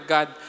God